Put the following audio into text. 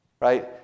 right